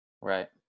Right